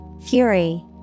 Fury